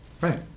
Right